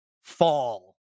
fall